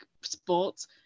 sports